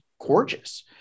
gorgeous